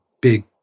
big